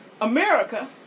America